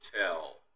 tell